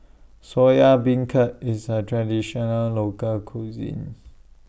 Soya Beancurd IS A Traditional Local Cuisine